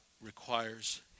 requires